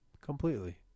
Completely